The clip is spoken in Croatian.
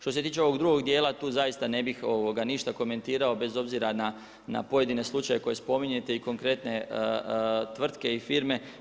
Što se tiče ovog drugog dijela, tu zaista ne bih ništa komentirao, bez obzira na pojedine slučajeve koje spominjete i konkretne tvrtke i firme.